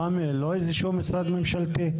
לא איזה שהוא משרד ממשלתי?